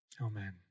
Amen